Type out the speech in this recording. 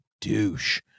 douche